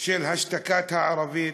של השתקת הערבית,